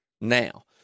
now